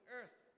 earth